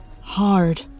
Hard